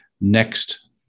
next